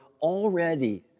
already